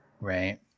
Right